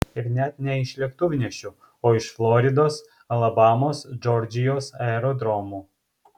ir net ne iš lėktuvnešių o iš floridos alabamos džordžijos aerodromų